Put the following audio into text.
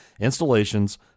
installations